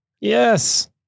Yes